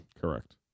correct